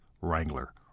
Wrangler